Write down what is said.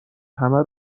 همه